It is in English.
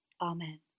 Amen